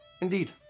Indeed